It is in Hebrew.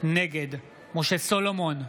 נגד משה סולומון,